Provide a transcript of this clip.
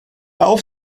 auf